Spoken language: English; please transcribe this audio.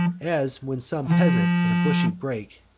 as when some peasant, in a bushy brake,